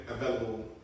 available